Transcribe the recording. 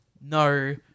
no